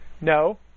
No